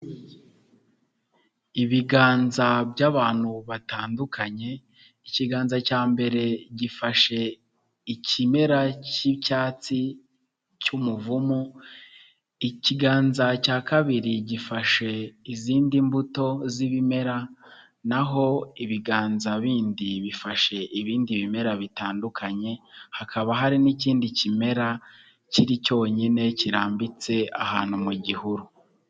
Ibiganza by'abantu batandukanye, ikiganza cya mbere gifashe ikimera cy'icyatsi cy'umuvumu, ikiganza cya kabiri gifashe izindi mbuto z'ibimera, naho ibiganza bindi bifashe ibindi bimera bitandukanye, hakaba hari n'ikindi kimera kiri cyonyine kirambitse ahantu mu gihuru.